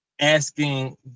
asking